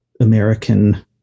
american